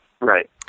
Right